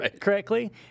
correctly